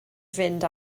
fynd